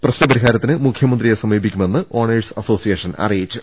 പ്രശ്ന പരിഹാരത്തിന് മുഖ്യമന്ത്രിയെ സമീപിക്കു മെന്ന് ഓണേഴ്സ് അസോസിയേഷൻ അറിയിച്ചു